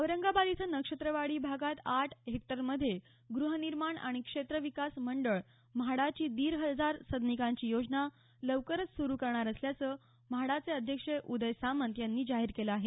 औरंगाबाद इथं नक्षत्रवाडी भागात आठ हेक्टरमध्ये ग्रहनिर्माण आणि क्षेत्रविकास मंडळ म्हाडाची दीड हजार सदनिकांची योजना लवकरचं सुरु करणार असल्याचं म्हाडाचे अध्यक्ष उदय सामंत यांनी जाहीर केलं आहे